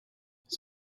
his